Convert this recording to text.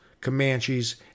Comanches